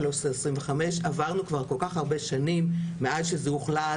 1325. עברנו כבר כל כך הרבה שנים מאז שזה הוחלט,